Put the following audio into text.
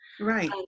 Right